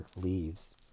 leaves